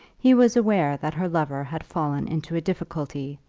he was aware that her lover had fallen into a difficulty,